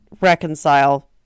reconcile